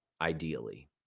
ideally